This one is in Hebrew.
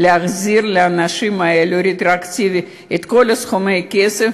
להחזיר לאנשים האלה רטרואקטיבית את כל סכומי הכסף